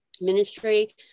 ministry